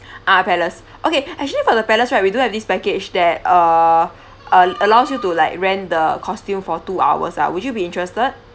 ah palace okay actually for the palace right we do have this package that err uh allows you to like rent the costume for two hours ah would you be interested